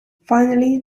finally